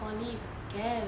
poly is a scam